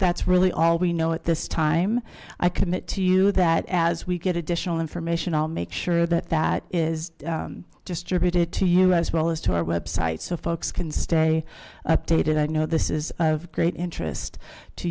that's really all we know at this time i commit to you that as we get additional information i'll make sure that that is distributed to you as well as to our website so folks can stay updated i know this is of great interest to